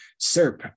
SERP